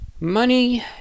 Money